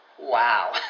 wow